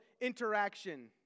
interaction